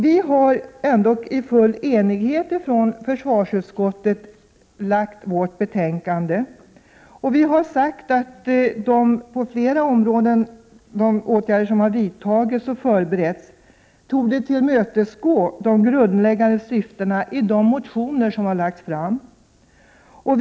Vi har ändock från försvarsutskottet i full enighet lagt fram vårt betänkande, och vi har sagt att de åtgärder som har vidtagits och förberetts på flera områden torde tillmötesgå de framlagda motionernas grundläggande syften.